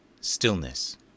Stillness